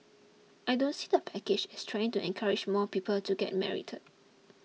I don't see the package as trying to encourage more people to get married